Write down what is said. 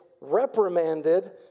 reprimanded